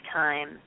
time